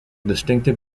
distinctive